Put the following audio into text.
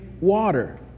water